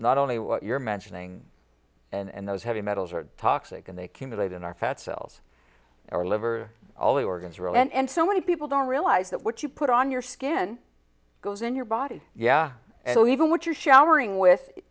not only what you're mentioning and those heavy metals are toxic and they came late in our fat cells or liver all the organs really and so many people don't realize that what you put on your skin goes in your body yeah and even what you're showering with it